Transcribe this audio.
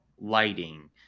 lighting